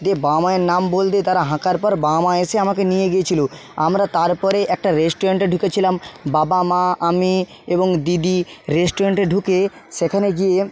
দিয়ে বাবা মায়ের নাম বলতে তারা হাঁকার পর বাবা মা এসে আমাকে নিয়ে গিয়েছিলো আমরা তারপরে একটা রেস্টুরেন্টে ঢুকেছিলাম বাবা মা আমি এবং দিদি রেস্টুরেন্টে ঢুকে সেখানে গিয়ে